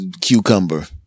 cucumber